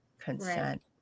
consent